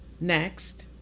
next